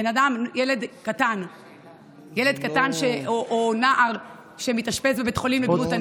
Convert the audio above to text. ילד קטן או נער שמתאשפז בבית חולים לבריאות הנפש,